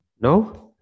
No